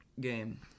game